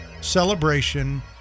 celebration